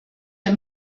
der